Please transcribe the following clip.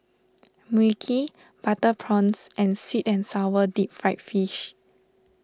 Mui Kee Butter Prawns and Sweet and Sour Deep Fried Fish